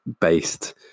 based